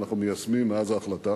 אנחנו מיישמים מאז ההחלטה.